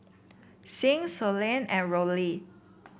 Sing Sloane and Rollie